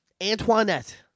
Antoinette